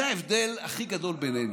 זה ההבדל הכי גדול בינינו.